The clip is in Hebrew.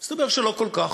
מסתבר שלא כל כך.